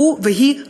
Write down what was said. והוא והיא,